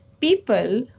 people